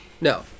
No